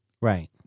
Right